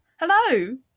hello